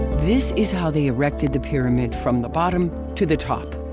this is how they erected the pyramid from the bottom to the top.